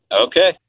Okay